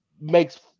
makes